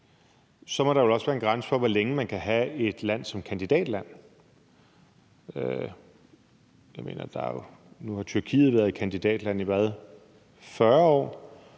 der må vel også være en grænse for, hvor længe man kan have et land som kandidatland. Jeg mener jo, at Tyrkiet nu har været et kandidatland, er det i 40 år,